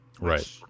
Right